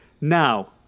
Now